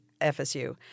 FSU